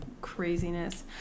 craziness